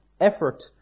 effort